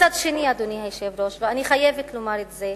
מצד שני, אדוני היושב-ראש, ואני חייבת לומר את זה,